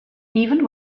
even